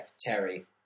Terry